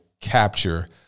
capture